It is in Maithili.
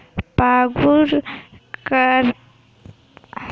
पागुर करयबाली गाय के स्वस्थ मानल जाइत छै आ ओ बेसी दूध दैत छै